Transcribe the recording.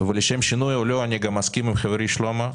אני גם מסכים עם חברי שלמה,